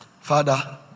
Father